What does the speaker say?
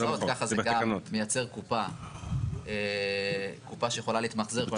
ככה זה גם מייצר קופה שיכולה להתמחזר כל